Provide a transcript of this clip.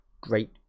great